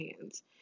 hands